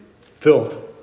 filth